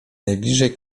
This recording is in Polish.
najbliżej